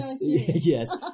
Yes